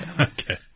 Okay